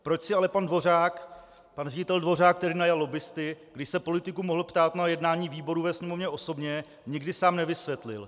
Proč si ale pan ředitel Dvořák tedy najal lobbisty, když se politiků mohl ptát na jednání výboru ve Sněmovně osobně, nikdy sám nevysvětlil.